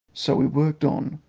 so we worked on,